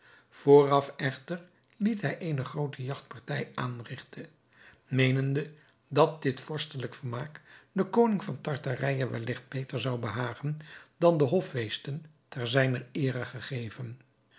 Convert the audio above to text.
vooraf echter liet hij eene groote jagtpartij aanrigten meenende dat dit vorstelijk vermaak den koning van tartarije welligt beter zou behagen dan de hoffeesten ter zijner eere gegeven